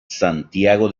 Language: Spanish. santiago